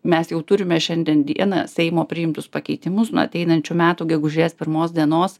mes jau turime šiandien dieną seimo priimtus pakeitimus nuo ateinančių metų gegužės pirmos dienos